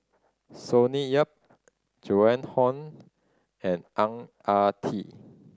Sonny Yap Joan Hon and Ang Ah Tee